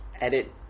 edit